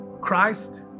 christ